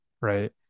Right